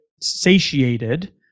satiated